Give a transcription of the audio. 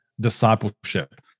discipleship